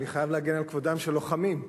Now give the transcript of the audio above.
ואני חייב להגן על כבודם של לוחמים.